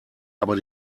aber